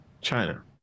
China